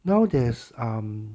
now there's um